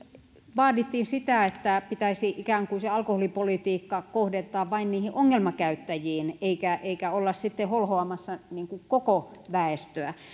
vaadittiin sitä että pitäisi ikään kuin alkoholipolitiikka kohdentaa vain ongelmakäyttäjiin eikä olla holhoamassa koko väestöä